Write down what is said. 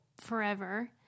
forever